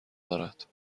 دارد